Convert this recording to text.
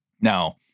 Now